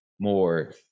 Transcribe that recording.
more